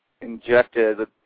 injected